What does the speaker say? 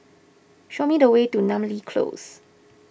show me the way to Namly Close